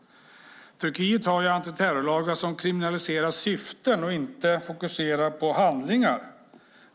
Turkiet har antiterrorlagar som kriminaliserar syften och inte fokuserar på handlingar.